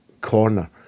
corner